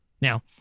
Now